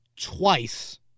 twice